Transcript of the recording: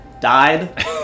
died